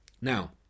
now